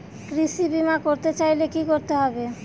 কৃষি বিমা করতে চাইলে কি করতে হবে?